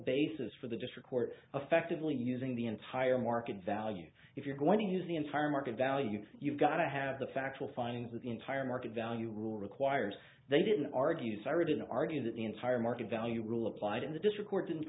basis for the district court affectively using the entire market value if you're going to use the entire market value you've got to have the factual findings of the entire market value rule requires they didn't argue sorry didn't argue that the entire market value rule applied in the district court didn't